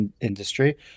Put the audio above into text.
industry